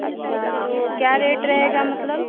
अच्छा तो क्या रेट रहेगा मतलब